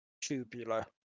tubular